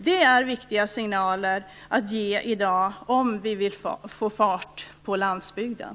Det är viktiga signaler att ge i dag om vi vill få fart på landsbygden.